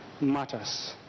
matters